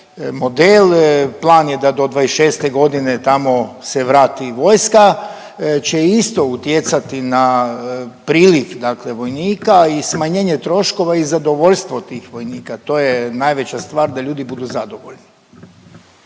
model, plan je da do '26. godine tamo se vrati vojska, će isto utjecati na priliv dakle vojnika i smanjenje troškova i zadovoljstvo tih vojnika, to je najveća stvar da ljudi budu zadovoljni.